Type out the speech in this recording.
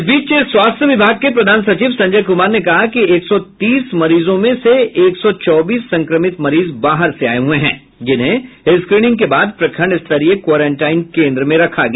इस बीच स्वास्थ्य विभाग के प्रधान सचिव संजय कुमार ने कहा कि एक सौ तीस मरीजों में से एक सौ चौबीस संक्रमित मरीज बाहर से आए हुए हैं जिन्हें स्क्रीनिंग के बाद प्रखंड स्तरीय क्वारेंटाइन केंद्र में रखा गया